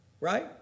right